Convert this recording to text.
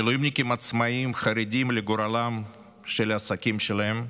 מילואימניקים עצמאים חרדים לגורלם של העסקים שלהם,